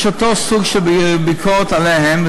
יש אותו סוג של ביקורת עליהן,